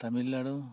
Tamil Nadu